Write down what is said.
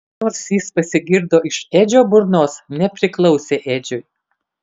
nors jis pasigirdo iš edžio burnos nepriklausė edžiui